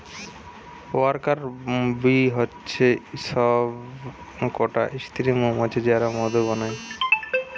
worker bee হচ্ছে সব কটা স্ত্রী মৌমাছি যারা মধু বানায়